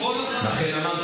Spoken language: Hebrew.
30 שניות,